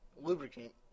lubricant